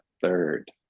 third